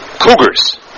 Cougars